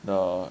the